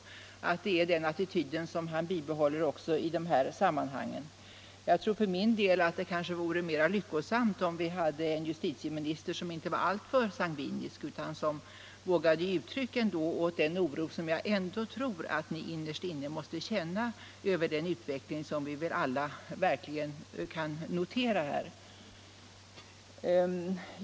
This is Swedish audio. Är det möjligen den attityden som han bibehåller också i dessa sammanhang? Jag tror för min del att det kanske vore mera lyckosamt om vi hade en justitieminister som inte var alltför sangvinisk utan som vågade ge uttryck åt den oro som jag ändå tror att justitieministern innerst inne måste känna över den utveckling som vi väl alla här verkligen kan notera.